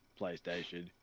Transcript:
PlayStation